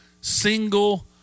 single